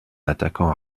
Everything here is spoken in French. attaquant